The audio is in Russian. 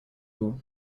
его